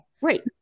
Right